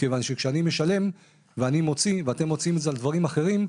כיוון שכשאני משלם ואתם מוציאים את זה על דברים אחרים,